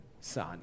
Son